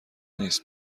نیست